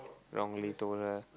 wrongly told her